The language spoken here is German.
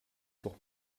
doch